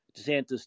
DeSantis